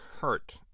hurt